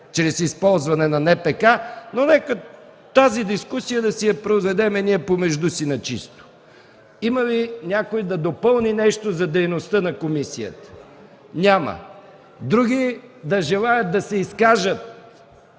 чрез използване на НПК, но нека тази дискусия да си я проведем ние по между си, на чисто. Има ли някой да допълни нещо за дейността на комисията? Няма. Други да желаят да се изкажат